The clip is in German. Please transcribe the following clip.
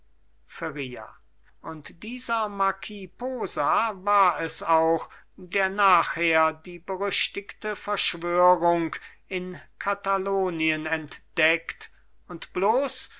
und dieser marquis posa war es auch der nachher die berüchtigte verschwörung in katalonien entdeckt und bloß